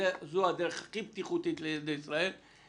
שזו הדרך הכי בטיחותית לילדי ישראל,